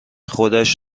خودش